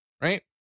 right